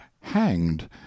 hanged